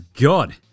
God